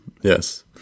yes